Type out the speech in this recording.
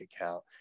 account